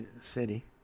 city